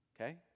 okay